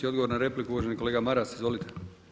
Odgovor na repliku uvaženi kolega Maras, izvolite.